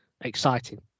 exciting